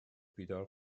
بیدار